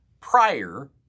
prior